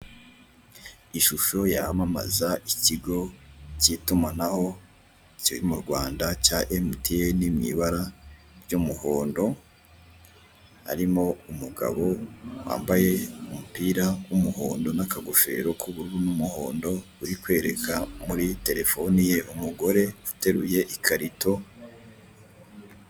Ishusho yamamaza ikigo cy'itumanaho kiri mu Rwanda cya MTN mw'ibara ry'umuhondo, harimo umugabo wambaye umupira w'umuhondo n'akagofero k'ubururu n'umuhondo uri kwereka muri telefoni ye umugore uteruye ikarito.